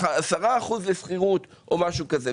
10% לשכירות או משהו כזה.